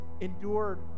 endured